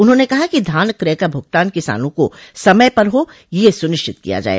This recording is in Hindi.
उन्होंने कहा कि धान कय का भुगतान किसानों को समय पर हो यह सुनिश्चित किया जाये